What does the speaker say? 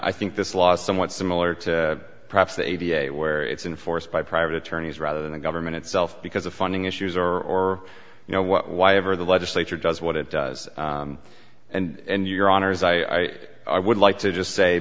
i think this law somewhat similar to perhaps the a b a where it's in force by private attorneys rather than the government itself because of funding issues or you know what why ever the legislature does what it does and your honors i i would like to just say